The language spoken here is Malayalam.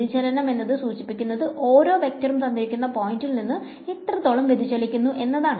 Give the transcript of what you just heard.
വ്യതിചലനം എന്നത് സൂചിപ്പിക്കുന്നത് ഓരോ വെക്ടറും തന്നിരിക്കുന്ന പോയിന്റിൽ നിന്നും എത്രത്തോളം വ്യതിചലിക്കുന്നു എന്നതാണ്